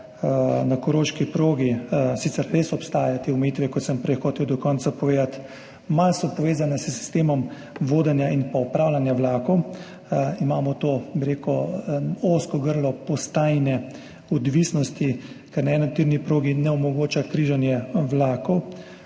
na koroški progi sicer res obstajajo te omejitve, kot sem prej hotel do konca povedati, malo so povezane s sistemom vodenja in upravljanja vlakov. Imamo to, bi rekel, ozko grlo postajne odvisnosti, ker enotirna proga ne omogoča križanja vlakov.